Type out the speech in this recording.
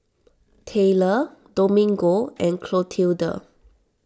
Tayler Domingo and Clotilda